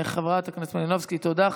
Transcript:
חברת הכנסת מלינובסקי, תודה.